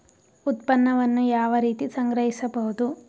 ಉತ್ಪನ್ನವನ್ನು ಯಾವ ರೀತಿ ಸಂಗ್ರಹಿಸಬಹುದು?